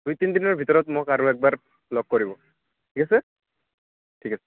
দুই তিনিদিনৰ ভিতৰত মোক আৰু একবাৰ লগ কৰিব ঠিক আছে ঠিক আছে